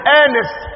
earnest